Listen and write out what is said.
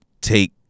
take